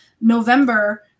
November